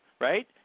right